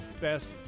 best